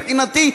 מבחינתי,